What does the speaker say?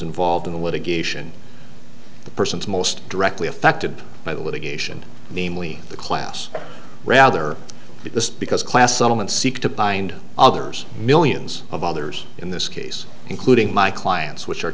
involved in the litigation the persons most directly affected by the litigation namely the class rather this because class settlement seek to bind others millions of others in this case including my clients which are